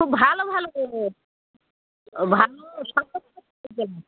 খুব ভালো ভালো ভালো